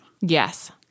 Yes